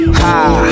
high